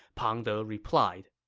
pang de replied,